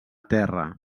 terra